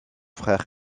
frère